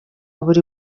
buri